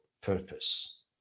purpose